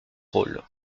rôle